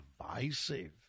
divisive